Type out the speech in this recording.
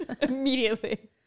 immediately